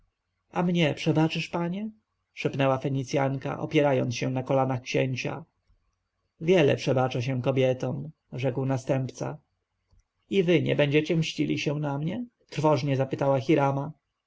a mnie przebaczysz panie szepnęła fenicjanka opierając się na kolanach księcia wiele przebacza się kobietom rzekł następca i wy nie będziecie mścili się na mnie trwożnie zapytała hirama